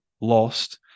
lost